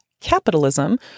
capitalism